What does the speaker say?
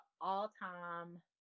all-time